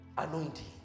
anointing